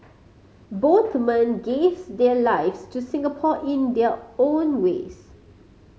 both men gave their lives to Singapore in their own ways